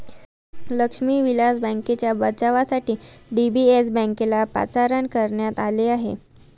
लक्ष्मी विलास बँकेच्या बचावासाठी डी.बी.एस बँकेला पाचारण करण्यात आले आहे